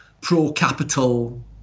pro-capital